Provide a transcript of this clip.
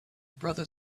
brother